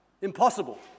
impossible